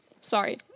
sorry